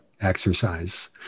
exercise